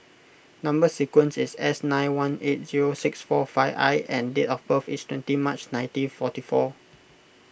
Number Sequence is S nine one eight zero six four five I and date of birth is twenty March nineteen forty four